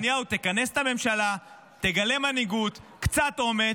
נתניהו, תכנס את הממשלה, תגלה מנהיגות, קצת אומץ,